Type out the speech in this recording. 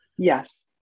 Yes